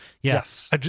yes